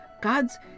God's